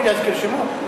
בלי להזכיר שמות.